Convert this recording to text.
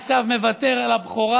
עשיו מוותר על הבכורה.